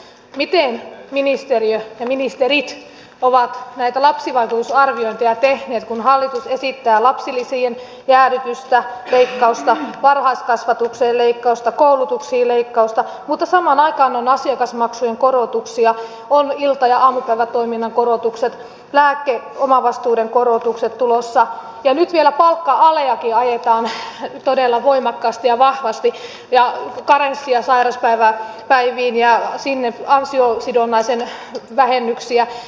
miten ministeriö ja ministerit ovat näitä lapsivaikutusarviointeja tehneet kun hallitus esittää lapsilisien jäädytystä leikkausta varhaiskasvatukseen leikkausta koulutuksiin leikkausta mutta samaan aikaan on asiakasmaksujen korotuksia on ilta ja aamupäivätoiminnan korotukset lääkeomavastuiden korotukset tulossa ja nyt vielä palkka aleakin ajetaan todella voimakkaasti ja vahvasti ja karenssia sairauspäiviin ja ansiosidonnaisen vähennyksiä